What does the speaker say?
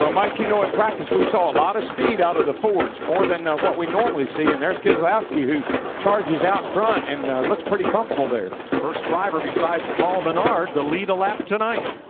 mike, you know in practice, we saw a lot of speed out of the fords. more than what we normally see. and there's keslowski who charges out front and looks pretty comfortable there. first driver besides paul menard to lead a lap tonight.